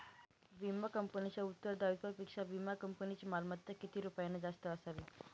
विमा कंपनीच्या उत्तरदायित्वापेक्षा विमा कंपनीची मालमत्ता किती रुपयांनी जास्त असावी?